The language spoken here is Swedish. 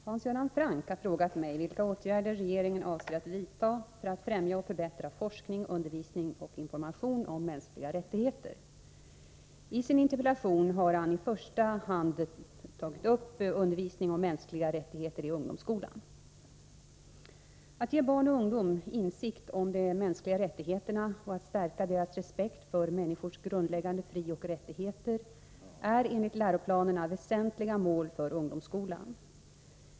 Herr talman! Hans Göran Franck har frågat mig vilka åtgärder regeringen avser att vidta för att främja och förbättra forskning, undervisning och information om mänskliga rättigheter. I sin interpellation tar han i första hand upp undervisning om mänskliga rättigheter i ungdomsskolan. Att ge barn och ungdom insikt om de mänskliga rättigheterna och att stärka deras respekt för människors grundläggande frioch rättigheter är enligt läroplanerna väsentliga mål för ungdomsskolan.